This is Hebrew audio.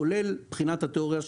כולל בחינת התיאוריה,